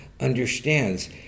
understands